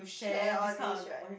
share all these right